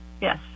yes